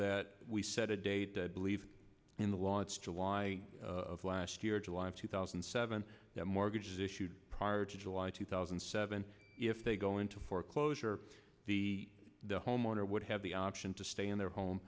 that we set a date to believe in the law it's july of last year july of two thousand and seven mortgages issued prior to july two thousand and seven if they go into foreclosure the homeowner would have the option to stay in their home